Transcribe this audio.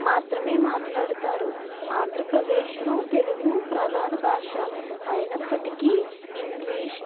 మాత్రమే మాట్లాడుతారు ఆంధ్రప్రదేశ్లో తెలుగు ప్రధాన భాష అయినప్పటికీ ఇంగ్లీష్